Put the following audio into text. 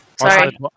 Sorry